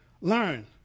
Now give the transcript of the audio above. learn